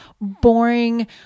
boring